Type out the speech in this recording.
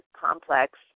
complex